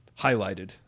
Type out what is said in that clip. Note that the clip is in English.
highlighted